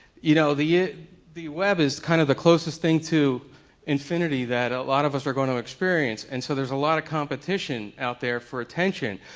you know the know the web is kind of the closest thing to infinity that a lot of us are going to experience. and so there's a lot of competition out there for attention.